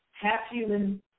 half-human